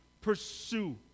pursue